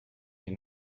you